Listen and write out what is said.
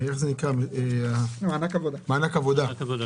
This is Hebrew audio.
מענק עבודה,